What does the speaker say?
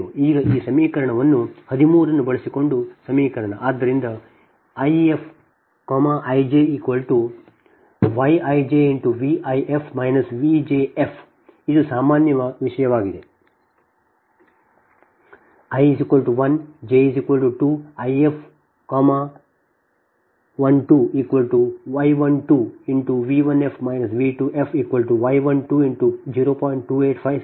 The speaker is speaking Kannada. ಈಗ ಸಮೀಕರಣ 13 ಅನ್ನು ಬಳಸಿಕೊಂಡು ಸಮೀಕರಣ ಆದ್ದರಿಂದ IfijyijVif Vjf ಇದು ಇದೀಗ ಸಾಮಾನ್ಯ ವಿಷಯವಾಗಿದೆ i1j2 If12y12V1f V2fy120